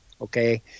Okay